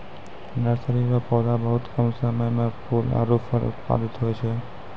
nursery रो पौधा बहुत कम समय मे फूल आरु फल उत्पादित होय जाय छै